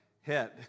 head